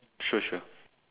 sure sure